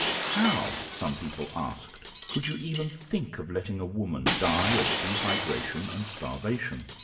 how some people asked could you even think of letting a woman die of dehydration and starvation?